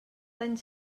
anys